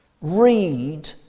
read